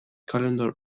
calendar